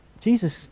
Jesus